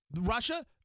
Russia